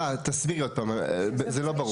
השרה, תסבירי עוד פעם, זה לא ברור.